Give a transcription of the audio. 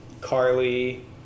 Carly